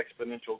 exponential